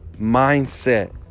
mindset